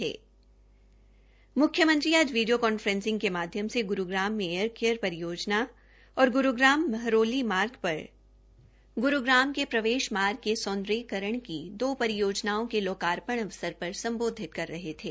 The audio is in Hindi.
म्ख्यमंत्री आज वीडियो कॉन्फ्रेंस के माध्यम से ग्रुग्राम में एयर केयर व ग्रुग्राम महरौली मार्ग पर ग्रुग्राम के प्रवेश मार्ग के सौंदर्यकरण की दो परियोजनाओं के लोकार्पण अवसर पर सम्बोधित कर रहे थे